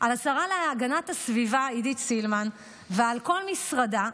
על השרה להגנת הסביבה עידית סילמן ועל כל משרדה.